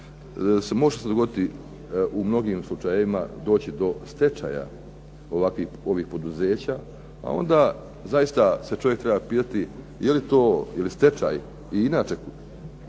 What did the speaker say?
može se dogoditi u mnogim slučajevima doći do stečaja ovih poduzeća. A onda zaista se čovjek treba pitati je li to, je li stečaj i inače stečaj